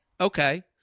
Okay